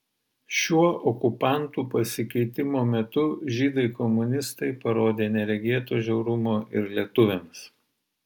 šiuo okupantų pasikeitimo metu žydai komunistai parodė neregėto žiaurumo ir lietuviams